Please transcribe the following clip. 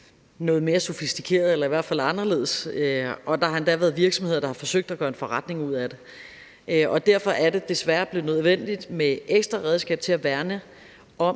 noget mere sofistikerede eller i hvert fald anderledes, og der har endda været virksomheder, der har forsøgt at gøre en forretning ud af det. Derfor er det desværre blevet nødvendigt med et ekstra redskab til at værne om